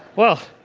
well